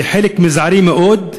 זה חלק מזערי, מאוד,